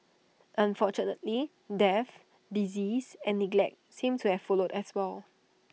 unfortunately death disease and neglect seemed to have followed as well